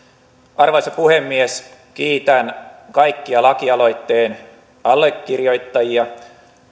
arvoisa puhemies kiitän kaikkia lakialoitteen allekirjoittajia